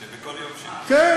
שבכל יום שני,